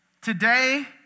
today